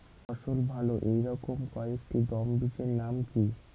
ফলন ভালো এই রকম কয়েকটি গম বীজের নাম কি?